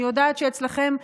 אני יודעת שאצלכם,